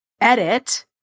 edit